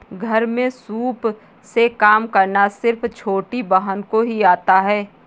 घर में सूप से काम करना सिर्फ छोटी बहन को ही आता है